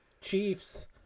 Chiefs